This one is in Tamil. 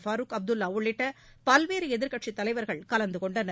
ஃபருக் அப்துல்லா உள்ளிட்ட பல்வேறு எதிர்க்கட்சித் தலைவர்கள் கலந்து கொண்டனர்